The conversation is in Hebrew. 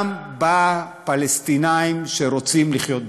גם בפלסטינים שרוצים לחיות בשקט.